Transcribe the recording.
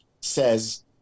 says